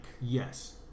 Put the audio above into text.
Yes